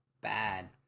bad